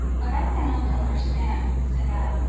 but i cannot understand, said i,